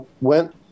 went